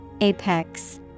Apex